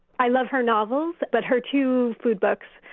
i love her novels, but her two food books,